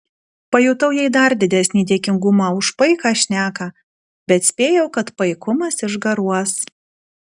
pajutau jai dar didesnį dėkingumą už paiką šneką bet spėjau kad paikumas išgaruos